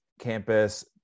campus